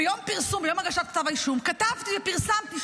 ביום הגשת כתב האישום כתבתי ופרסמתי,